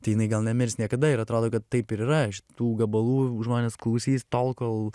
tai jinai gal nemirs niekada ir atrodo kad taip ir yra iš tų gabalų žmonės klausys tol kol